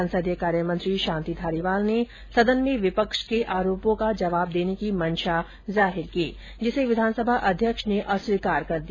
संसदीय कार्य मंत्री शांति धारीवाल ने सदन में विपक्ष के आरोपों का जवाब देने की मंषा जाहिर की जिसे विधानसभा अध्यक्ष ने अस्वीकार कर दिया